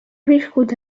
viscut